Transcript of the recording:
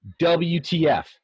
WTF